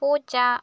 പൂച്ച